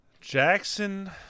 Jackson